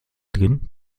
drin